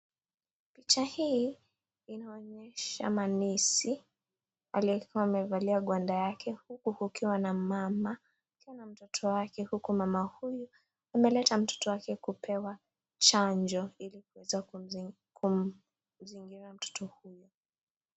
Picha hii inaonyesha manesi, aliyekuwa amevalia gwanda yake, huku akiwa na mama pia na mtoto wake, huku mama huyu ameleta mtoto wake kupewa chanjo ili kuweza kuzingira mtoto huyu.